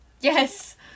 Yes